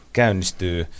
käynnistyy